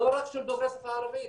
לא רק של דוברי שפה ערביות,